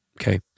Okay